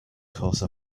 course